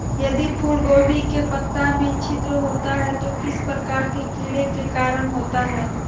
यदि फूलगोभी के पत्ता में छिद्र होता है तो किस प्रकार के कीड़ा के कारण होता है?